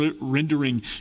rendering